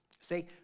Say